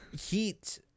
heat